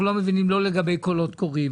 אנחנו לא מבינים לא לגבי קולות קוראים,